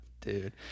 Dude